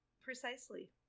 Precisely